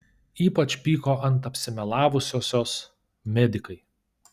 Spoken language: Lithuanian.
ypač pyko ant apsimelavusiosios medikai